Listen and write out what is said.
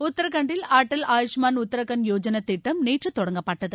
உத்தராகன்டில் அட்டல் ஆயுஷ்மான் உத்தராகன்ட் யோஜன திட்டம் நேற்று தொடங்கப்பட்டது